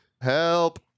Help